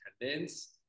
attendance